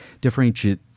differentiate